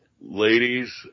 Ladies